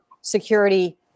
security